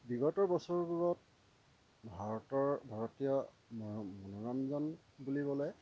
বিগতৰ বছৰবোৰত ভাৰতৰ ভাৰতীয় মনোৰঞ্জন বুলিবলৈ